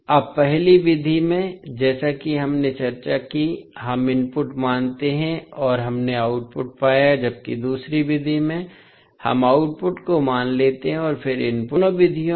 अब पहली विधि में जैसा कि हमने चर्चा की हम इनपुट मानते हैं और हमने आउटपुट पाया जबकि दूसरी विधि में हम आउटपुट को मान लेते हैं और फिर इनपुट पाते हैं